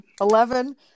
Eleven